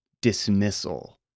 dismissal